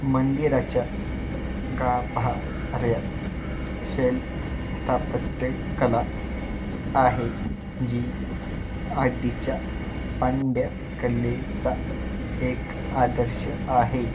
मंदिराच्या गाभाऱ्या शैल स्थापत्य कला आहे जी आधीच्या पांड्य कलेचा एक आदर्श आहे